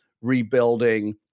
rebuilding